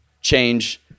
change